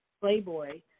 Playboy